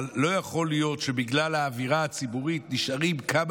אבל לא יכול להיות שבגלל האווירה הציבורית נשארים כמה